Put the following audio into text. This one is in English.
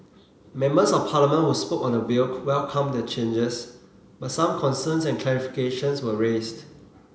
members of Parliament who spoke on the bill welcomed the changes but some concerns and clarifications were raised